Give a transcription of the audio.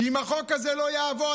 שאם החוק הזה לא יעבור,